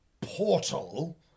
portal